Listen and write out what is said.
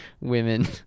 women